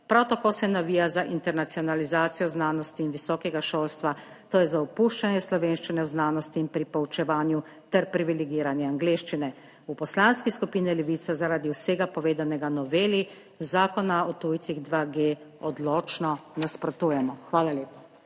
Prav tako se navija za internacionalizacijo znanosti in visokega šolstva, to je za opuščanje slovenščine v znanosti in pri poučevanju ter privilegiranje angleščine. V Poslanski skupini Levica zaradi vsega povedanega noveli Zakona o tujcih 2G odločno nasprotujemo. Hvala lepa.